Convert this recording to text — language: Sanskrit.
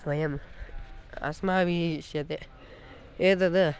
वयम् अस्माभिः इष्यते एतत्